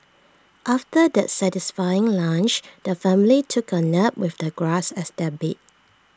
after their satisfying lunch the family took A nap with the grass as their bed